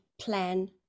plan